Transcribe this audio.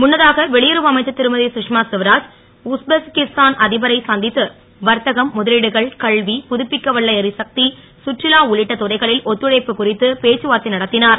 முன்னதாக வெளியுறவு அமைச்சர் ரும க மா ஸ்வராஜ் உஸ்பெஸ்கிஸ்தான் அ பரை சந் த்து வர்த்தகம் முதலீடுகள் கல்வி புதுப்பிக்கவல்ல எரிசக் சுற்றுலா உள்ளிட்ட துறைகளில் ஒத்துழைப்பது குறித்து பேச்சுவார்த்தை நடத் ஞர்